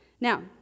Now